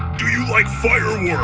do you like fireworks? yeah